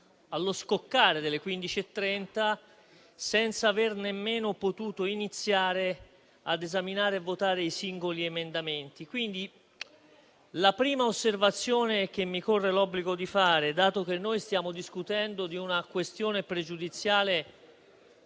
allo scoccare delle 15,30, senza aver nemmeno potuto iniziare a esaminare e votare i singoli emendamenti. Quindi la prima osservazione che mi corre l'obbligo di fare, dato che stiamo discutendo di una questione pregiudiziale